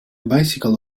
bicycle